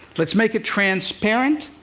let's make it transparent,